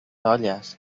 olles